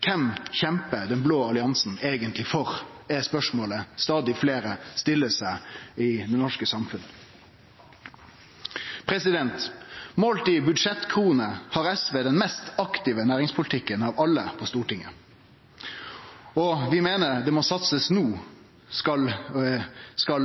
Kven kjempar den blå alliansen eigentleg for, er spørsmålet stadig fleire stiller seg i det norske samfunnet. Målt i budsjettkroner har SV den mest aktive næringspolitikken av alle på Stortinget. Vi meiner det må bli satsa no viss vi skal